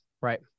Right